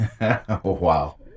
Wow